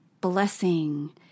blessing